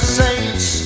saints